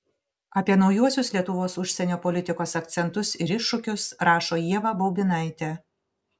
apie naujuosius lietuvos užsienio politikos akcentus ir iššūkius rašo ieva baubinaitė